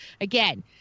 Again